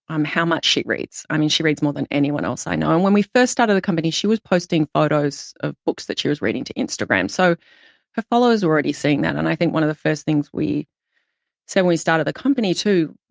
um how much she reads. i mean, she reads more than anyone else i know. and when we first started the company, she was posting photos of books that she was reading to instagram. so her followers were already seeing that. and i think one of the first things we said when we started the company too,